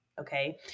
Okay